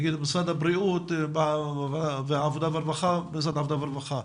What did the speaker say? נניח משרד הבריאות והעבודה והרווחה בוועדת העבודה והרווחה.